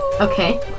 Okay